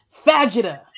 Fajita